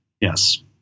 Yes